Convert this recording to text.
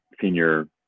senior